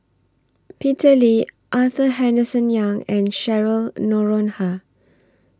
Peter Lee Arthur Henderson Young and Cheryl Noronha